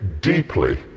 deeply